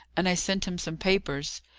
and i sent him some papers.